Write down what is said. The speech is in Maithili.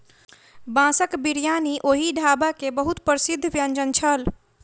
बांसक बिरयानी ओहि ढाबा के बहुत प्रसिद्ध व्यंजन छल